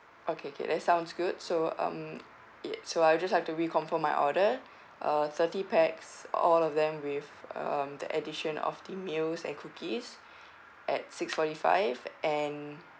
okay K that sounds good so um ye~ so I will just have to reconfirm my order uh thirty pax all of them with um the addition of the meals and cookies at six forty five and